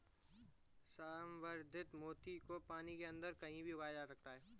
संवर्धित मोती को पानी के अंदर कहीं भी उगाया जा सकता है